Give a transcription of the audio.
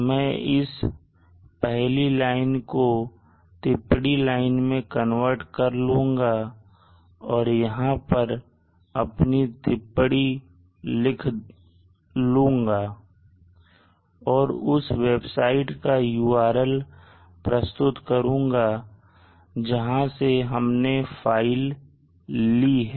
मैं इस पहली लाइन को टिप्पणी लाइन में कन्वर्ट कर लूँगा और यहां पर अपनी टिप्पणी लिख लूँगा और उस वेबसाइट का URL प्रस्तुत करुंगा जहां से हमने फाइल ली है